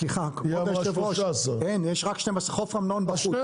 סליחה, כבוד היושב ראש, יש רק 12, חוף אמנון בחוץ.